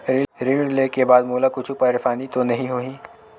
ऋण लेके बाद मोला कुछु परेशानी तो नहीं होही?